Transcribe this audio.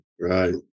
right